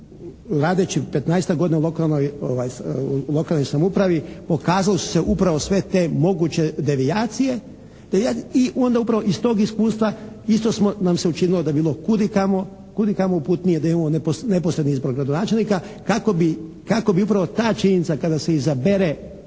radeći 15-tak godina u lokalnoj samoupravi pokazali su se upravo sve te moguće devijacije i onda upravo iz tog iskustva isto nam se učinilo da bi bilo kud i kamo uputnije da imamo neposredni izbor gradonačelnika kako bi upravo ta činjenica kada se izabere